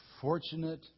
fortunate